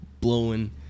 blowing